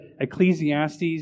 Ecclesiastes